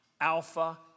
Alpha